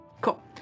Cool